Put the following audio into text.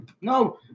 No